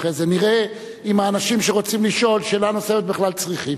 ואחרי זה נראה אם האנשים שרוצים לשאול שאלה נוספת בכלל צריכים.